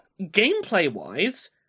Gameplay-wise